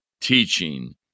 teaching